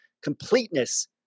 Completeness